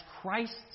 Christ's